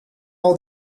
all